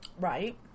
Right